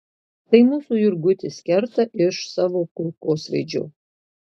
tai mūsų jurgutis kerta iš savo kulkosvaidžio